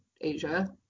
Asia